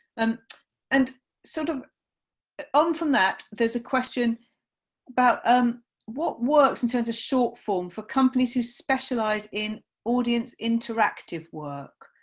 and and sort of ah on from that, there is a question about um what works in terms of short form for companies who specialise in audience interactive work?